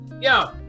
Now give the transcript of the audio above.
Yo